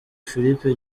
filipe